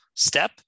step